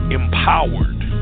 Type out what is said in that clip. empowered